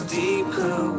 deeper